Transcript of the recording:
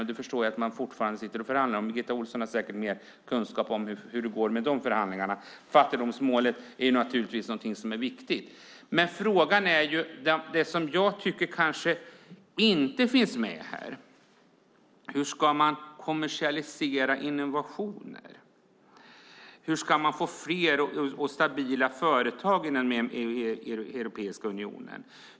Jag har förstått att man fortfarande sitter och förhandlar om det, och Birgitta Ohlsson har säkert mer kunskap om hur det går i dessa förhandlingar. Slutligen är fattigdomsmålet naturligtvis viktigt. Det finns områden som inte är med. Hur ska man kommersialisera innovationer? Hur ska man få fler och stabila företag inom Europeiska unionen?